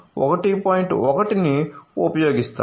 1 ను ఉపయోగిస్తాము